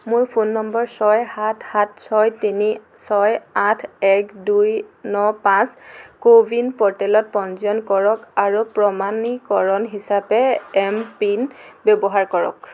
মোৰ phone number ছয় সাত সাত ছয় তিনি ছয় আঠ এক দুই ন পাঁচ কো ৱিন প'ৰ্টেলত পঞ্জীয়ন কৰক আৰু প্ৰমাণীকৰণ হিচাপে এম পিন ব্যৱহাৰ কৰক